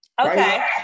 okay